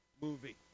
movie